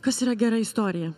kas yra gera istorija